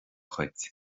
chait